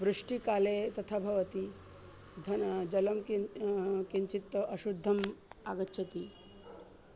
वृष्टिकाले तथा भवति धनं जलं किं किञ्चित् अशुद्धम् आगच्छति